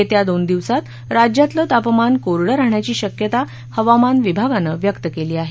येत्या दोन दिवसात राज्यातलं तापमान कोरडं राहण्याची शक्यता हवामान विभागानं व्यक्त केली आहे